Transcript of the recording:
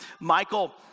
Michael